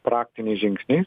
praktiniais žingsniais